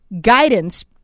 guidance